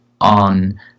on